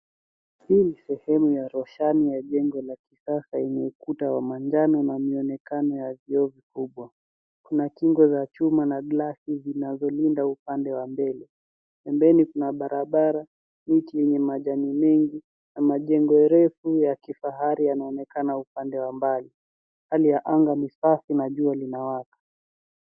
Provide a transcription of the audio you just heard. Hii ni sehemu ya roshani ya jengo la kisasa lenye ukuta wa manjano na mionekano ya jozi kubwa. Kuna kingo za chuma na glasi zinazolinda upande wa mbele. Pembeni kuna barabara, miti yenye majani mengi na majengo refu ya kifahari yanaonekana upande ya mbali. Hali ya angaa ni safi na jua linawaka.